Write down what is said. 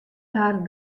har